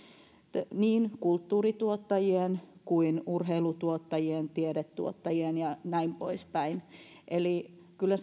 niin kulttuurituottajien kuin urheilutuottajien tiedetuottajien ja näin poispäin eli kyllä